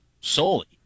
solely